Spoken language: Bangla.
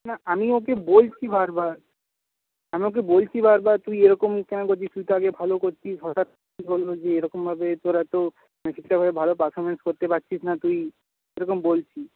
না আমি ওকে বলছি বারবার আমি ওকে বলছি বারবার তুই এরকম কেন করছিস তুই তো আগে ভালো করতিস হঠাৎ কী হলো যে এরকমভাবে তোর এতো তুই ঠিকঠাক ভাবে ভালো পারফর্মেন্স করতে পারছিস না তুই এরকম বলছি